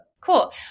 Cool